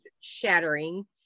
shattering